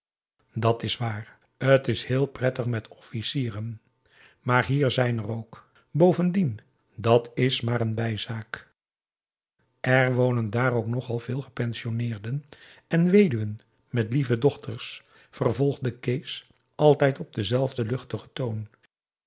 dat is waar t is heel prettig met officieren maar hier zijn er ook bovendien dàt is maar een bijzaak er wonen daar ook nogal veel gepensionneerden en weduwen met lieve dochters vervolgde kees altijd op denzelfden luchtigen toon